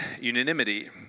unanimity